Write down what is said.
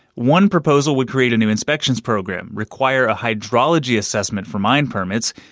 one proposal would create a new inspections program, require a hydrology assessment for mine permits,